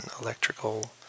electrical